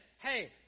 hey